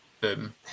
Boom